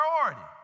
priority